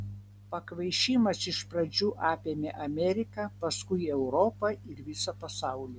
pakvaišimas iš pradžių apėmė ameriką paskui europą ir visą pasaulį